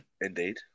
Indeed